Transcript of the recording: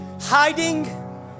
hiding